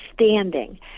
standing